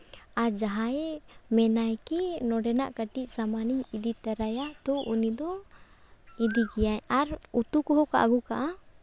ᱟᱨ ᱡᱟᱦᱟᱸᱭ ᱢᱮᱱᱟᱭ ᱠᱤ ᱱᱚᱰᱮᱱᱟᱜ ᱠᱟᱹᱴᱤᱡ ᱥᱟᱢᱟᱱᱤᱧ ᱤᱫᱤ ᱛᱚᱨᱟᱭᱟ ᱛᱚ ᱩᱱᱤ ᱫᱚ ᱤᱫᱤ ᱜᱮᱭᱟ ᱟᱨ ᱩᱛᱩ ᱠᱚ ᱦᱚᱸ ᱠᱚ ᱟᱹᱜᱩ ᱠᱟᱜᱼᱟ